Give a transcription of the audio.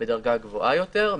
בדרגה גבוהה יותר,